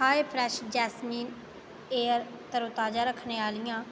हाय fresh jasmine air तरोताजा रक्खने आह्लियां